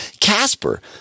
Casper